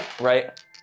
Right